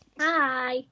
Hi